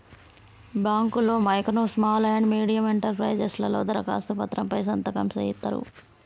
బాంకుల్లో micro small and medium enterprises లలో దరఖాస్తు పత్రం పై సంతకం సేయిత్తరు